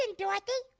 and dorothy.